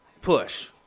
Push